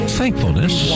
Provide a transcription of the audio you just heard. thankfulness